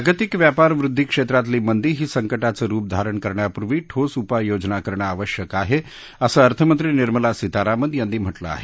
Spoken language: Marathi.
जागतिक व्यापार वृद्धि क्षेत्रातली मंदी ही संकटाचं रुप धारण करण्यापूर्वी ठोस उपाययोजना करणं आवश्यक आहे असं अर्थमंत्री निर्मला सीतारामन यांनी म्हटलं आहे